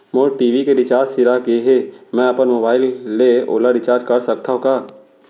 मोर TV के recharge सिरा गे हे, मैं अपन मोबाइल ले ओला रिचार्ज करा सकथव का?